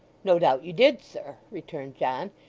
no doubt you did, sir returned john.